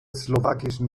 slowakischen